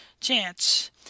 chance